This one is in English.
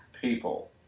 people